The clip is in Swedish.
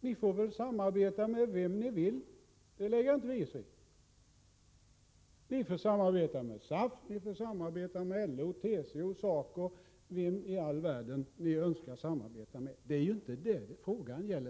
Ni får väl samarbeta med vem ni vill, det lägger vi oss inte i. Ni får samarbeta med SAF, LO, TCO, SACO och vem i all världen ni önskar samarbeta med. Det är ju inte det frågan gäller.